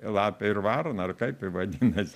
lapė ir varna ar kaip ji vadinas